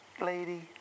lady